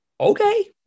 okay